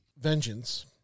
vengeance